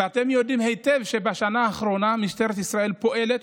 ואתם יודעים היטב שבשנה האחרונה משטרת ישראל פועלת,